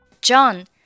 John